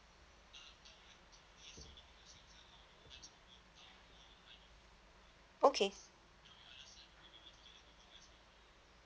okay